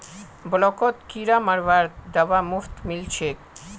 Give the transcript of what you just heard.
ब्लॉकत किरा मरवार दवा मुफ्तत मिल छेक